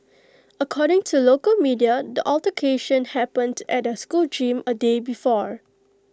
according to local media the altercation happened at the school gym A day before